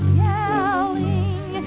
yelling